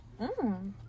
Mmm